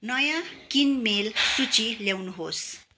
नयाँ किनमेल सूची ल्याउनुहोस्